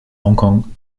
hongkong